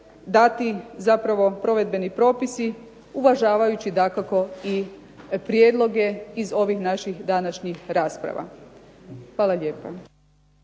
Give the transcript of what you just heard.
dati provedbeni propisi uvažavajući dakako i prijedloge iz ovih naših današnjih rasprava. Hvala lijepo.